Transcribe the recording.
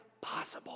possible